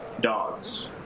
Dogs